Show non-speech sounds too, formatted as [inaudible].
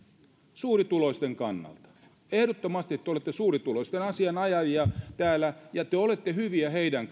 suurituloisten kannalta ehdottomasti te olette suurituloisten asianajajia täällä ja te te olette hyviä heidän [unintelligible]